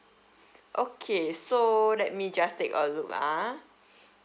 okay so let me just take a look ah